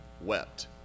wept